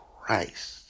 Christ